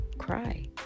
Cry